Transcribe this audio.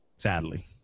Sadly